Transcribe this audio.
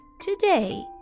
Today